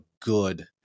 good